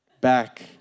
back